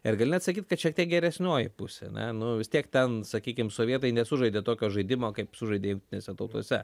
ir gali net sakyt kad šiek tiek geresnioji pusė ne nu vis tiek ten sakykim sovietai nesužaidė tokio žaidimo kaip sužaidė jungtinėse tautose